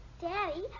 Daddy